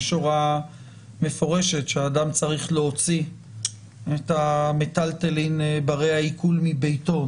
יש הוראה מפורשת שאדם צריך להוציא את המיטלטלין ברי העיקול מביתו,